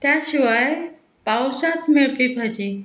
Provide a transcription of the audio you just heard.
त्या शिवाय पावसांत मेळपी भाजी